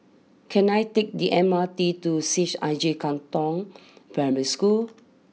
can I take the M R T to C H I J Katong Primary School